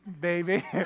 baby